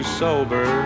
sober